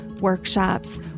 workshops